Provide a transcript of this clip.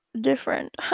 different